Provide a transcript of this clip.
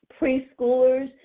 preschoolers